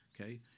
Okay